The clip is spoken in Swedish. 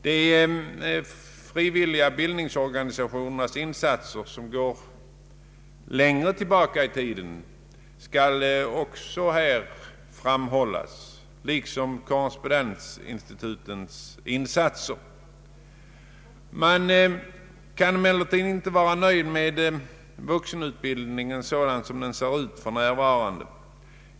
De frivilliga bildningsorganisationernas insatser, som går längre tilibaka i tiden, skall också här framhållas, liksom korrespondensinstitutens insatser. Man kan emellertid inte vara nöjd med vuxenutbildningen sådan den ser ut för närvarande.